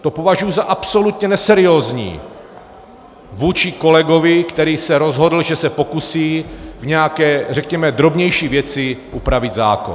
To považuji za absolutně neseriózní vůči kolegovi, který se rozhodl, že se pokusí v nějaké, řekněme, drobnější věci upravit zákon.